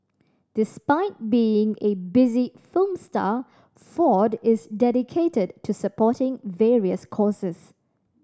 despite being a busy film star Ford is dedicated to supporting various causes